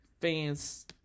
fans